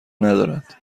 ندارد